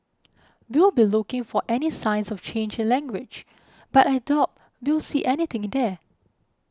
we'll be looking for any signs of change in language but I doubt we'll see anything there